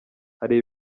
hari